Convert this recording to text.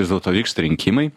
vis dėlto vyksta rinkimai